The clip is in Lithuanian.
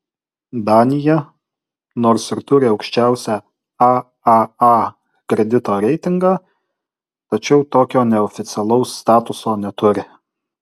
danija nors ir turi aukščiausią aaa kredito reitingą tačiau tokio neoficialaus statuso neturi